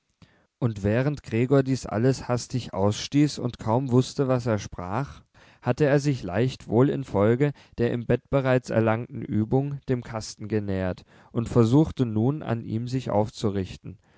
und während gregor dies alles hastig ausstieß und kaum wußte was er sprach hatte er sich leicht wohl infolge der im bett bereits erlangten übung dem kasten genähert und versuchte nun an ihm sich aufzurichten